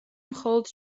მხოლოდ